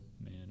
man